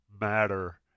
matter